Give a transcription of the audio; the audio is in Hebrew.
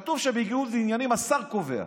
כתוב שבניגוד עניינים השר קובע.